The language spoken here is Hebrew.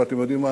ואתם יודעים מה,